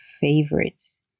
favorites